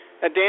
Dan